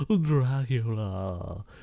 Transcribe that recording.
Dracula